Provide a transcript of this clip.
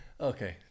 Okay